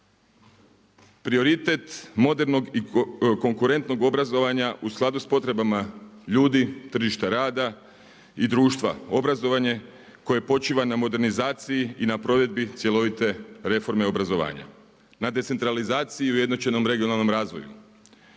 prioritet modernog i konkurentnog obrazovanja u skladu s potrebama ljudi, tržišta rada i društva, obrazovanje koje počiva na modernizaciji i na provedbi cjelovite reforme obrazovanja, na decentralizaciji i ujednačenom regionalnom razvoju,